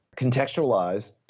contextualized